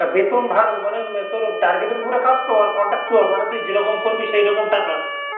তা বেতন ভালো মানে তোর টার্গেটের উপরে কাজ তো আর কনট্র্যাকচুয়াল মানে তুই যেরকম করবি সেই রকম টাকা